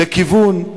לכיוון.